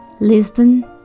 Lisbon